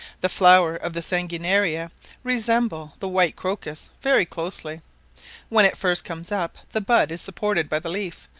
the flowers of the sanguinaria resemble the white crocus very closely when it first comes up the bud is supported by the leaf,